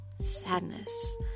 sadness